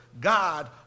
God